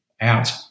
out